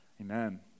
Amen